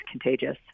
contagious